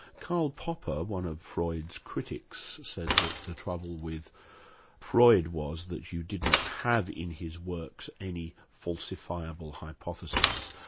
karl popper, one of freud's critics, said that the trouble with freud was that you did not have in his works any falsifiable hypotheses,